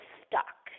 stuck